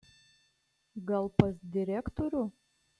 gal pas direktorių